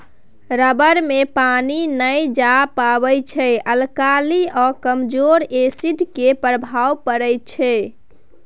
rubber मे पानि नहि जाए पाबै छै अल्काली आ कमजोर एसिड केर प्रभाव परै छै